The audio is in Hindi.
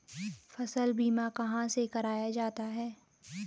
फसल बीमा कहाँ से कराया जाता है?